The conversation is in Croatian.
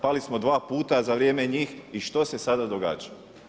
Pali smo 2 puta za vrijeme njih i što se sada događa.